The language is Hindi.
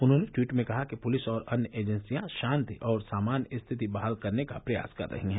उन्होंने ट्वीट में कहा कि पुलिस और अन्य एजेंसियां शांति और सामान्य स्थिति बहाल करने का प्रयास कर रही हैं